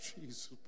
Jesus